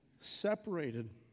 separated